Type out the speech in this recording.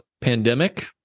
pandemic